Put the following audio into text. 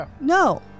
No